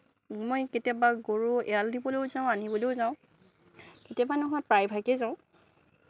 মই কেতিয়াবা গৰু এৰাল দিবলৈও যাওঁ আনিবলৈও যাওঁ কেতিয়াবা নহয় প্ৰায় ভাগেই যাওঁ